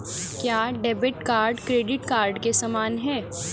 क्या debit card credit card के समान है?